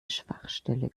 schwachstelle